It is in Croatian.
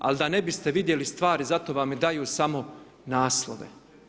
Ali da ne biste vidjeli stvari zato vam i daju samo naslove.